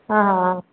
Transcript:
ಹಾಂ ಹಾಂ